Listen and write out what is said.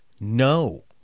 No